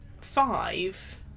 five